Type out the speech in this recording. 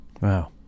Wow